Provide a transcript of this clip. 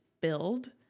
build